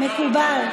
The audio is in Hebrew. כן, מקובל.